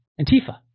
Antifa